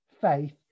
faith